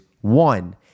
one